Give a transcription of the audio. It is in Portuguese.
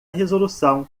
resolução